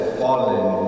fallen